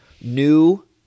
new